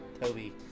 Toby